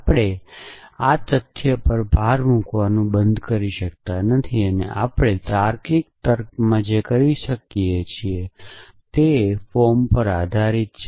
આપણે આ તથ્ય પર ભાર મૂકવાનું બંધ કરી શકતા નથી કે આપણે તાર્કિક તર્કમાં જે કરીએ છીએ તે ફોર્મ્સ પર આધારિત છે